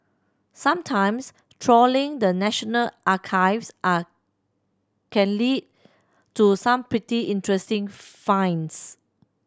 sometimes trawling the National Archives are can lead to some pretty interesting finds